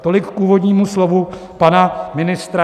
Tolik k úvodnímu slovu pana ministra.